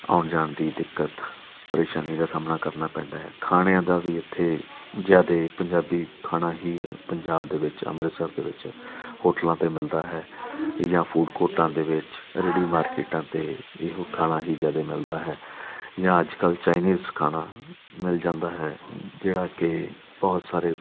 ਆਉਣ ਜਾਣ ਦੀ ਦਿੱਕਤ ਪਰੇਸ਼ਾਨੀ ਦਾ ਸਾਹਮਣਾ ਕਰਨਾ ਪੈਂਦਾ ਹੈ ਖਾਣਿਆਂ ਦਾ ਵੀ ਇੱਥੇ ਜ਼ਿਆਦਾ ਪੰਜਾਬੀ ਖਾਣਾ ਹੀ ਆ ਪੰਜਾਬ ਦੇ ਵਿੱਚ ਅੰਮ੍ਰਿਤਸਰ ਦੇ ਵਿੱਚ ਹੋਟਲਾਂ 'ਤੇ ਮਿਲਦਾ ਹੈ ਜਾਂ ਫੂਡ ਕੋਰਟਾਂ ਦੇ ਵਿੱਚ ਰੇਹੜੀ ਮਾਰਕੀਟਾਂ 'ਤੇ ਇਹੋ ਖਾਣਾ ਹੀ ਜ਼ਿਆਦਾ ਮਿਲਦਾ ਹੈ ਜਾਂ ਅੱਜ ਕੱਲ੍ਹ ਚਾਈਨੀਜ਼ ਖਾਣਾ ਮਿਲ ਜਾਂਦਾ ਹੈ ਜਿਹੜਾ ਕਿ ਬਹੁਤ ਸਾਰੇ